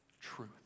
truth